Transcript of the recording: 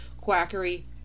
quackery